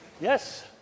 Yes